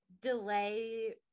delay